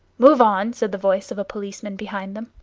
move on, said the voice of a policeman behind them.